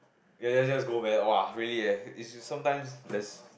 ya ya just go man !wah! really eh it's sometimes there's